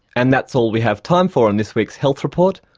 and that's all we have time for on this week's health report.